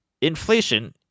inflation